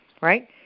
right